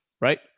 right